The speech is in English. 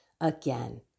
again